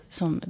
som